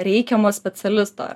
reikiamą specialistą